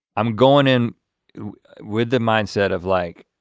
i'm going in with the mindset of like,